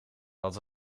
wat